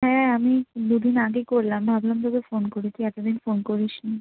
হ্যাঁ আমি দু দিন আগে করলাম ভাবলাম তোকে ফোন করি তুই এত দিন ফোন করিস নি